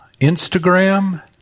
Instagram